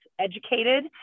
educated